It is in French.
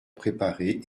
préparé